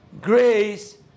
Grace